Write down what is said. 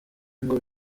ngo